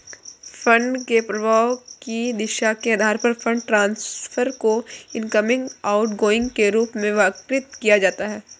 fund के प्रवाह की दिशा के आधार पर फंड ट्रांसफर को इनकमिंग, आउटगोइंग के रूप में वर्गीकृत किया जाता है